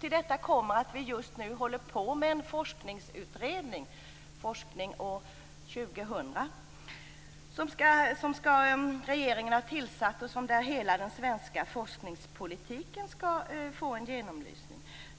Till detta kommer att vi just nu håller på en forskningsutredning, Forskning år 2000, som regeringen tillsatt och där hela den svenska forskningspolitiken skall få en genomlysning.